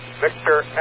Victor